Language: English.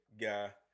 guy